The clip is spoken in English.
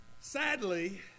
sadly